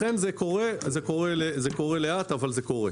לכן זה קורה לאט אבל זה קורה.